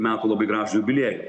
metų labai gražų jubiliejų